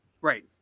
right